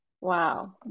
Wow